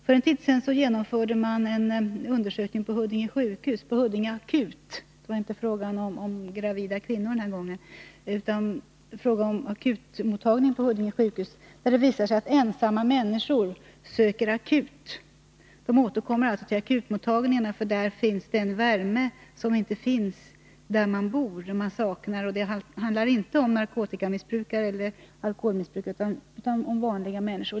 För en tid sedan genomförde man en undersökning på Huddinge sjukhus — på akuten; det var inte fråga om gravida kvinnor den här gången. Det visade sig att ensamma människor söker akut. De återkommer alltså till akutmottagningarna, för där finns den värme man söker där man bor. Det handlar inte om narkotikamissbrukare eller alkoholmissbrukare utan om vanliga människor.